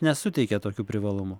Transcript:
nesuteikia tokių privalumų